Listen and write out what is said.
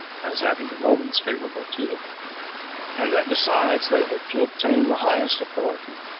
as having the romans favorable to them and that besides, they hoped to obtain the highest authority,